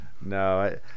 No